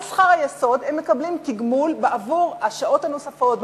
על שכר היסוד הם מקבלים תגמול בעבור השעות הנוספות,